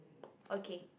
okay